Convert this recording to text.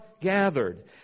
gathered